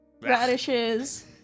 radishes